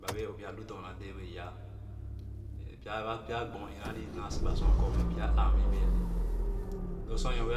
ba wɛɛ obe-a lu dorna dɛɛ wɛɛ yaa ɛrɛ ba pya gbon a ìna ìlìì nasi sì ba sua kor mɛ pya ãã-mìì bee le loo sor nɔɔ-ve